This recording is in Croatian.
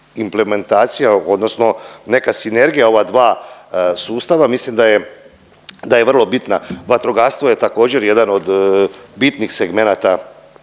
implementacija odnosno neka sinergija ova dva sustava mislim da je, da je vrlo bitna. Vatrogastvo je također jedan od bitnih segmenata